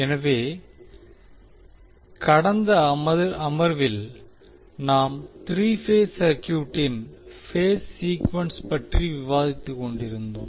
எனவே கடந்த அமர்வில் நாம் த்ரீ பேஸ் சர்க்யூட்டின் பேஸ் சீக்குவென்ஸ் பற்றி விவாதித்துக்கொண்டிருந்தோம்